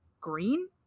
green